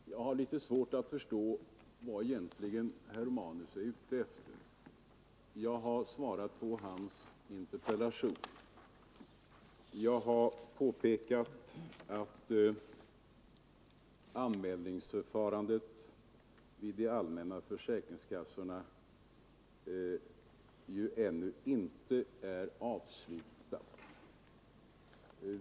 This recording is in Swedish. Herr talman! Jag har litet svårt att förstå vad herr Romanus är ute efter. Jag har svarat på hans interpellation. Jag har påpekat att anmälningsförfarandet vid de allmänna försäkringskassorna ännu inte är avslutat.